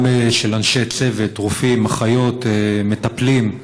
גם של אנשי צוות, רופאים, אחיות, מטפלים,